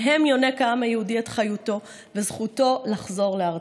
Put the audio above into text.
מהן יונק העם היהודי את חיותו וזכותו לחזור לארצו.